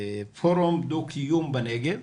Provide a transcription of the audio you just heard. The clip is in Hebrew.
לפורום דו-קיום בנגב.